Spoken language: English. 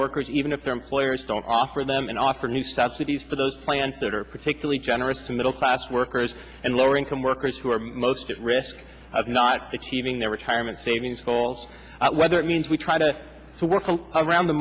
workers even if their employers don't offer them and offer new subsidies for those plans that are particularly generous to middle class workers and lower income workers who are most at risk of not achieving their retirement savings goals whether it means we try to so working around the